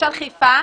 למשל בחיפה,